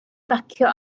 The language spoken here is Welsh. bacio